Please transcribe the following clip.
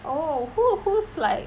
oh who who's like